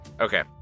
Okay